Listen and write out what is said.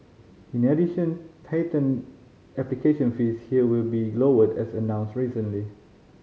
in addition patent application fees here will be lowered as announced recently